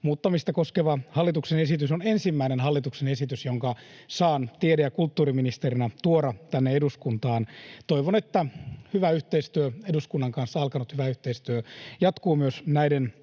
muuttamisesta on ensimmäinen hallituksen esitys, jonka saan tiede- ja kulttuuriministerinä tuoda tänne eduskuntaan. Toivon, että eduskunnan kanssa alkanut hyvä yhteistyö jatkuu myös näiden